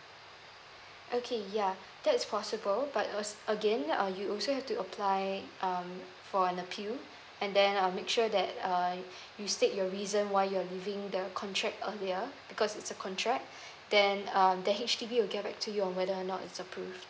okay ya that's possible but was again uh you also have to apply um for an appeal and then uh make sure that uh you state your reason why you're leaving the contract earlier because it's a contract then um the H_D_B will get back to you whether or not is approved